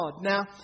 Now